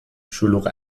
شلوغ